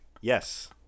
Yes